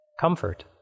Comfort